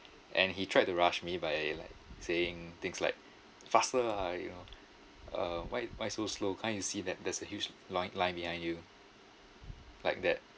and he tried to rush me by it it like saying things like faster lah you know uh why you why so slow can't you see that there's a huge line line behind you like that